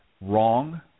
wrong